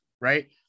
right